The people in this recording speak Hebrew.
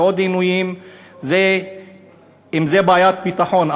ועוד עינויים אם זה בעיית ביטחון.